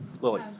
Lily